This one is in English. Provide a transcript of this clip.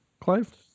Clive